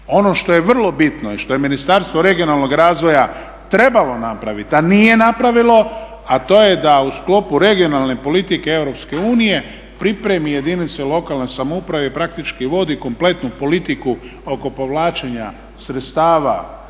Ono što je vrlo bitno i što je Ministarstvo regionalnog razvoja trebalo napraviti a nije napravilo a to je da u sklopu regionalne politike Europske unije pripremi jedinice lokalne samouprave i praktički vodi kompletnu politiku oko povlačenja sredstava za